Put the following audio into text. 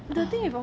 ah